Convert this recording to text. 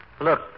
Look